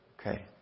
Okay